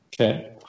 Okay